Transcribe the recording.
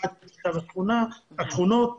האחד כתושב השכונות והשני,